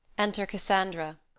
enter cassandra